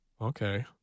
Okay